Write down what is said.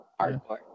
hardcore